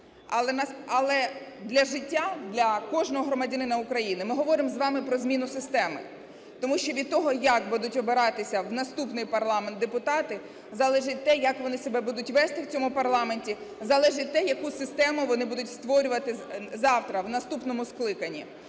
Але для життя, для кожного громадянина України ми говоримо з вами про зміну системи. Тому що від того, як будуть обиратися в наступний парламент депутати, залежить те, як вони себе будуть вести в цьому парламенті, залежить те, яку систему вони будуть створювати завтра, в наступному скликанні.